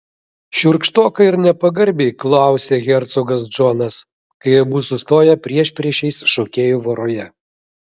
šiurkštokai ir nepagarbiai klausia hercogas džonas kai abu sustoja priešpriešiais šokėjų voroje